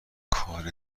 کار